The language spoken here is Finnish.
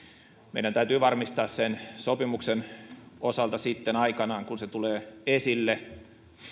meidän täytyy varmistaa sen sopimuksen osalta sitten aikanaan kun se tulee esille